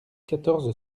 quatorze